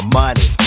money